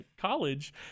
college